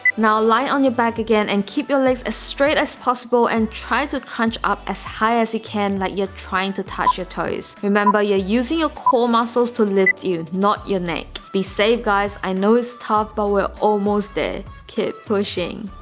now lie on your back again and keep your legs as straight as possible and try to crunch up as high as you can that you're trying to touch your toes remember you're using your core muscles to lift you, not your neck. be safe guys. i know it's tough, but we're almost there keep pushing